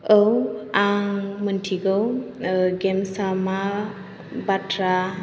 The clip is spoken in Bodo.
औ आं मिथिगौ गेम्स आ मा बाथ्रा